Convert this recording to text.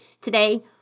Today